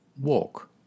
Walk